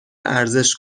ارزش